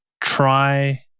try